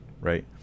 right